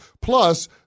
plus